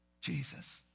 Jesus